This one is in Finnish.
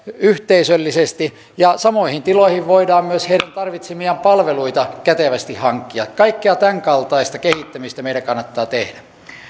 yhteisöllisesti ja samoihin tiloihin voidaan myös heidän tarvitsemiaan palveluita kätevästi hankkia kaikkea tämänkaltaista kehittämistä meidän kannattaa tehdä